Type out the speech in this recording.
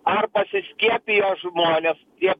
ar pasiskiepiję žmonės jie